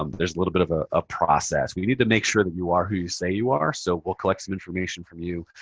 um there's a little bit of ah a process. we need to make sure that you are who you say you are, so we'll collect some information from you,